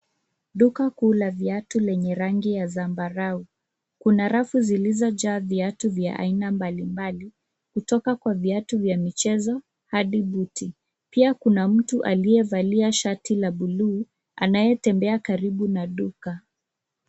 Duka kuu la viatu lenye rangi ya zambarau. Kuna rafu zilizojaa viatu vya aina mbali mbali kutoka kwa viatu vya michezo hadi buti. Pia kuna mtu aliyevalia shati la buluu anayetembea karibu na duka.